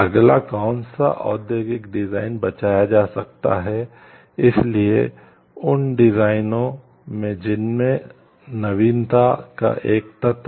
अगला कौन सा औद्योगिक डिजाइन में जिनमें नवीनता का एक तत्व है